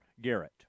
Garrett